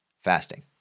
fasting